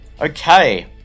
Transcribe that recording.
Okay